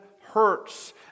hurts